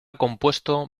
compuesto